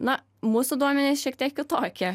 na mūsų duomenys šiek tiek kitokie